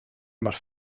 más